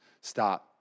Stop